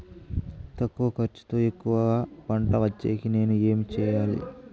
తక్కువ ఖర్చుతో ఎక్కువగా పంట వచ్చేకి నేను ఏమి చేయాలి?